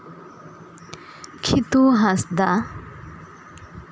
ᱠᱷᱤᱛᱩ ᱦᱟᱸᱥᱫᱟ